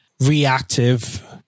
reactive